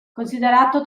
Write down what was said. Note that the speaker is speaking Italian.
considerato